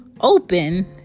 open